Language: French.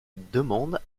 demande